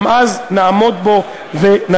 גם אז נעמוד בו ונצליח.